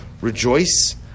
rejoice